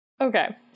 Okay